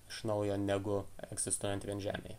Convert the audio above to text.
iš naujo negu egzistuojant vien žemėje